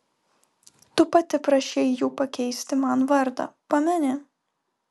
tu pati prašei jų pakeisti man vardą pameni